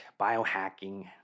biohacking